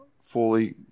fully